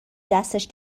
دستش